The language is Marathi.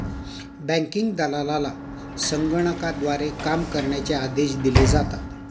बँकिंग दलालाला संगणकाद्वारे काम करण्याचे आदेश दिले जातात